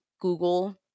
Google